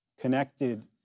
connected